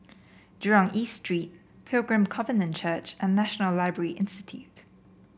Jurong East Street Pilgrim Covenant Church and National Library Institute